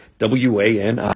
WANI